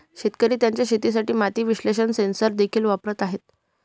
शेतकरी त्यांच्या शेतासाठी माती विश्लेषण सेन्सर देखील वापरत आहेत